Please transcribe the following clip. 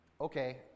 okay